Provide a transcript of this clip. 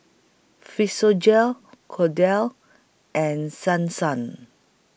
Physiogel Kordel's and Son Sun